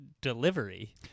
delivery